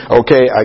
okay